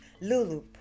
Lulu